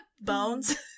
bones